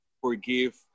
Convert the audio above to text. forgive